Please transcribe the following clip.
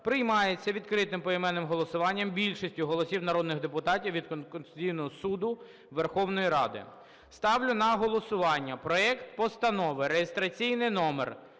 приймається відкритим поіменним голосуванням більшістю голосів народних депутатів від Конституційного Суду Верховної Ради. Ставлю на голосування проект Постанови, реєстраційний номер